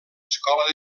escola